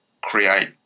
create